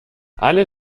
alle